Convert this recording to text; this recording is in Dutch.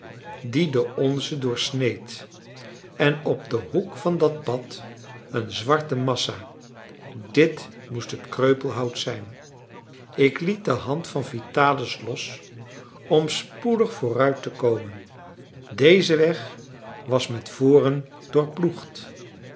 die den onzen doorsneed en op den hoek van dat pad een zwarte massa dit moest het kreupelhout zijn ik liet de hand van vitalis los om spoedig vooruit te komen deze weg was met voren